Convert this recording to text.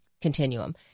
continuum